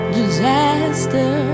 disaster